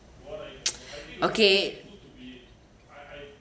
okay